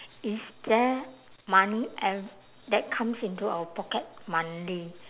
is there money ev~ that comes into our pocket monthly